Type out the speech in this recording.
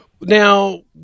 now